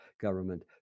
government